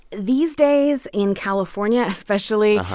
these days, in california especially,